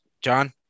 John